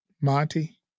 Monty